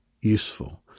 useful